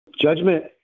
Judgment